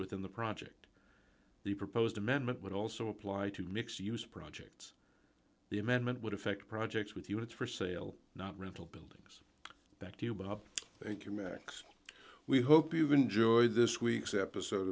within the project the proposed amendment would also apply to mixed use projects the amendment would affect projects with us for sale not rental building back to you bob thank you max we hope you've enjoyed this week's episode